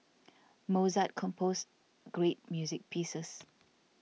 Mozart composed great music pieces